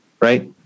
right